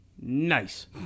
Nice